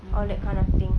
all that kind of thing